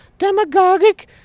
demagogic